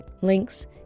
Links